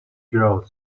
growth